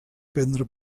prendre